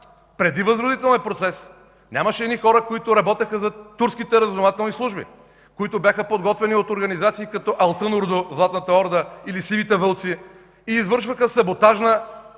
преди възродителния процес нямаше едни хора, които работеха за турските разузнавателни служби, които бяха подготвени от организации, като „Алтънорду” – „Златната орда”, или „Сивите вълци”, и извършваха саботажна